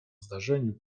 zdarzeniu